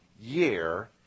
year